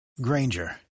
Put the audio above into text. Granger